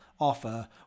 offer